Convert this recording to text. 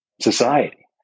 society